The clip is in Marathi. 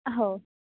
हो